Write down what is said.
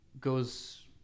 goes